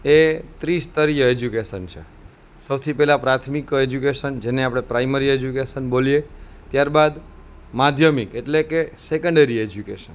એ ત્રિસ્તરીય એજ્યુકેશન છે સૌથી પહેલાં પ્રાથમિક એજ્યુકેશન જેને આપણે પ્રાઇમરી એજ્યુકેશન બોલીએ ત્યારબાદ માધ્યમિક એટલે કે સેકન્ડરી એજ્યુકેશન